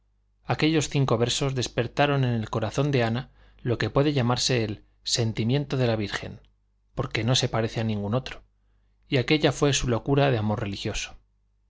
aquellos cinco versos despertaron en el corazón de ana lo que puede llamarse el sentimiento de la virgen porque no se parece a ningún otro y aquella fue su locura de amor religioso